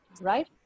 Right